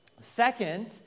Second